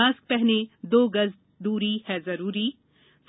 mask पहनें दो गज दूरीए है जरूरी